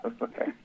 Okay